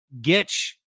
Gitch